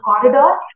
corridor